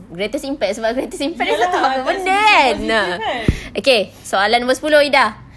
greatest impact sebab greatest impact tak tahu apa benda ah okay soalan nombor sepuluh ida